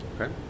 Okay